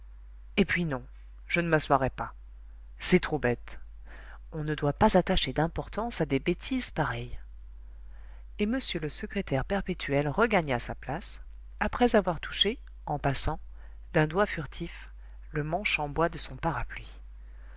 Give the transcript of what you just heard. et puis non je ne m'assoirai pas c'est trop bête on ne doit pas attacher d'importance à des bêtises pareilles et m le secrétaire perpétuel regagna sa place après avoir touché en passant d'un doigt furtif le manche en bois de son parapluie